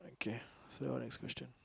K so your next question